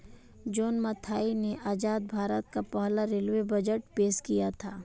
John Mathai ने आजाद भारत का पहला रेलवे बजट पेश किया था